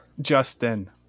Justin